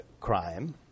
crime